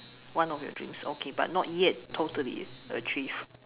one of your dreams okay but not yet totally achieve